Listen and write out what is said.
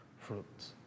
fruits